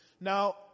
Now